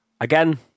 again